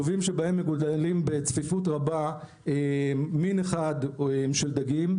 כלובים שבהם מגודלים בצפיפות רבה מין אחד של דגים.